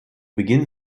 beginn